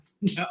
No